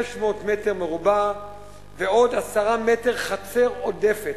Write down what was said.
500 מ"ר ועוד 10 מטר חצר עודפת,